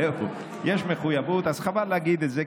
אז חבל להגיד את זה,